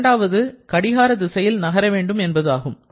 இரண்டாவது கடிகார திசையில் நகர வேண்டும் என்பதாகும்